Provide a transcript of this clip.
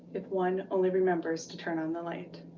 if one only remembers to turn on the light.